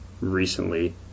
recently